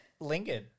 lingered